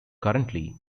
currently